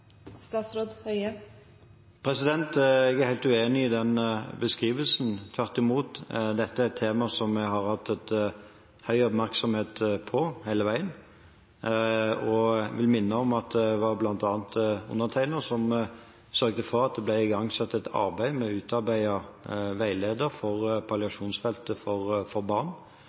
Jeg er helt uenig i den beskrivelsen. Tvert imot er dette et tema som vi har hatt høy oppmerksomhet på hele veien. Jeg vil minne om at det var bl.a. undertegnede som sørget for at det ble igangsatt et arbeid med å utarbeide veileder for feltet palliasjon til barn.